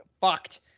fucked